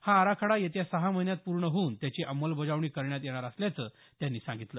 हा आराखडा येत्या सहा महिन्यात पूर्ण होऊन त्याची अंमलबजावणी करण्यात येणार असल्याचं त्यांनी सांगितलं